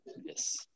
Yes